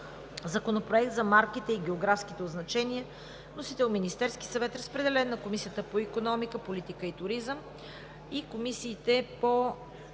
Законопроект за марките и географските означения. Вносител е Министерският съвет. Разпределен е на водещата Комисия по икономика, политика и туризъм и Комисията по